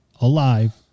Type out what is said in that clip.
alive